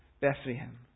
Bethlehem